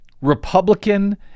Republican